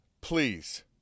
please